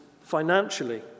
financially